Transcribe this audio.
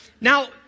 Now